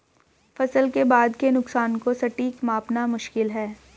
फसल के बाद के नुकसान को सटीक मापना मुश्किल है